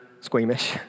squeamish